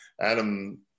Adam